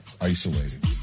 isolated